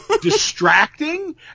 distracting